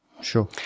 Sure